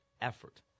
effort